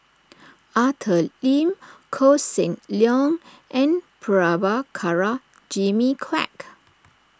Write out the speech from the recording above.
Arthur Lim Koh Seng Leong and Prabhakara Jimmy Quek